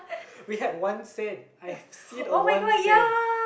we had one cent I've seen a one cent